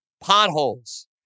potholes